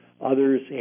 Others